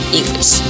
English